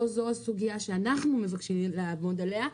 לא זו הסוגיה שאנחנו מבקשים לעבוד עליה.